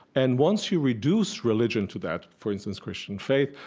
and once you reduce religion to that, for instance christian faith,